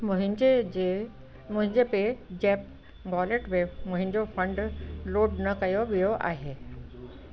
मुंहिंजे जे मुंहिंजे पे ज़ेप्प वॉलेट में मुंहिंजो फंड लोड न कयो वियो आहे